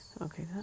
Okay